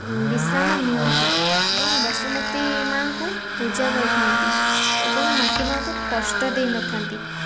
ବିଶ୍ରାମ ନିଅନ୍ତି ଏବଂ ବସୁମତୀ ମା'ଙ୍କୁ ପୂଜା କରିଥାନ୍ତି ଏବଂ ମାଟି ମା'ଙ୍କୁ କଷ୍ଟ ଦେଇନଥାନ୍ତି